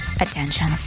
attention